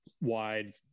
wide